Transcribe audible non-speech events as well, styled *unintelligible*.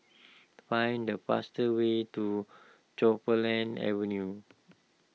find the fastest way to *unintelligible* Avenue